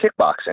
kickboxing